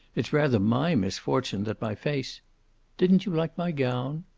it's rather my misfortune that my face didn't you like my gown?